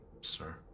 sir